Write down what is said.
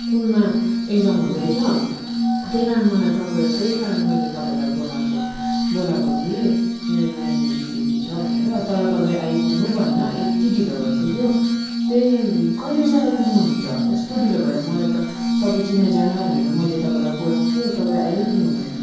स्कुलमा एक्जाम हुँदैछ त्यही कारण मलाई तपाईँ त्यहीँ कारण मैले तपाईँलाई बोलाएको बोलाएको थिएँ मेरो एक्जामिनेसन ड्युटी छ भनेर तर तपाईँ आइपुग्नु भएन यति ढिलो भइसक्यो त्यही कहिले चाहिँ आइपुग्नुहुन्छ यस्तो ढिलो भएर मलाई त तपाईँ चिनाजाना भनेर मैले तपाईँलाई बोलाएको तपाईँ आइपुग्नु भएन